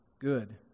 good